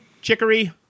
Chicory